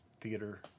theater